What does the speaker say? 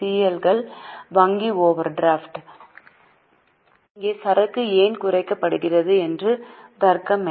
L கள் வங்கி overdraft இப்போது சரக்கு ஏன் குறைக்கப்படுகிறது என்ற தர்க்கம் என்ன